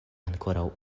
ankoraŭ